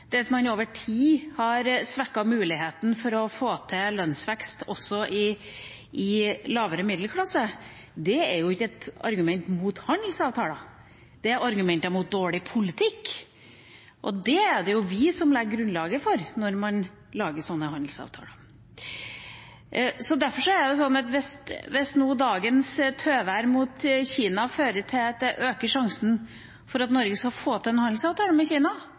handelsavtaler, at man over tid har svekket arbeidernes rettigheter, at man over tid har svekket muligheten for å få til lønnsvekst også i den lavere middelklassen, er ikke argumenter mot handelsavtaler. Det er argumenter mot dårlig politikk, og det er det jo vi som legger grunnlaget for, når man lager slike handelsavtaler. Hvis dagens tøvær overfor Kina fører til at det øker sjansen for at Norge skal få til en handelsavtale med Kina,